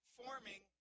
forming